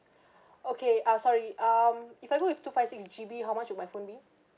okay ah sorry um if I go with two five six G_B how much will my phone be